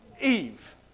Eve